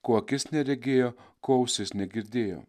ko akis neregėjo ko ausis negirdėjo